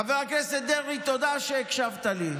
חבר הכנסת דרעי, תודה שהקשבת לי.